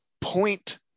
point